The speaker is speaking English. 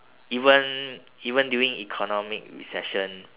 even even during economic recession